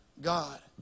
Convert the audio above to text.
God